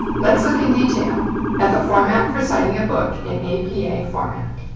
let's look in detail at the format for citing a book in apa format.